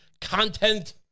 content